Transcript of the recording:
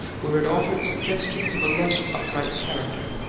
where it offered suggestions of a less upright character,